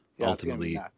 ultimately